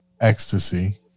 ecstasy